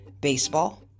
baseball